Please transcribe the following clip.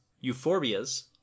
euphorbias